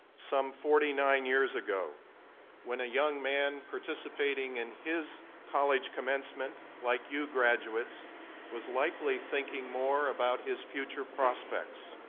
some forty nine years ago when a young man participating in his college commencement like you graduates was likely thinking more about his future prospects.